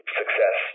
success